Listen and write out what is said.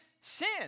Sin